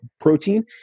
protein